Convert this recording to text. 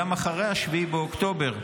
גם אחרי 7 באוקטובר,